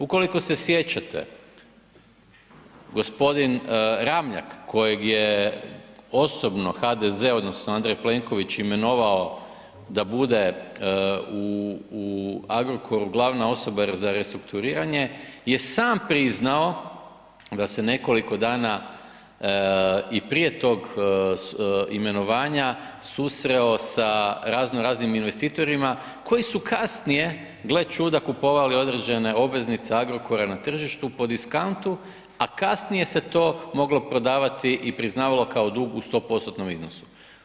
Ukoliko se sjećate, g. Ramljak, kojeg je osobno HDZ odnosno Andrej Plenković imenovao da bude u Agrokoru glavna osoba za restrukturiranje je sam priznao da se nekoliko dana i prije tog imenovanja susreo sa razno raznim investitorima koji su kasnije, gle čuda, kupovali određene obveznice Agrokora na tržištu po diskantu, a kasnije se to moglo prodavati i priznavalo kao dug u 100%-tnom iznosu.